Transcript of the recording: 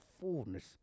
fullness